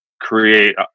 create